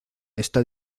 está